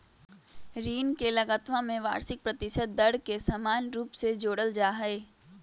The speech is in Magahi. ऋण के लगतवा में वार्षिक प्रतिशत दर के समान रूप से जोडल जाहई